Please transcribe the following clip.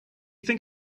think